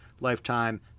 lifetime